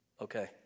Okay